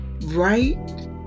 right